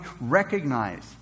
recognize